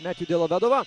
metju delovedova